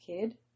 kid